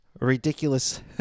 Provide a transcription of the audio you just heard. Ridiculous